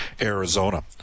Arizona